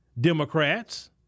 Democrats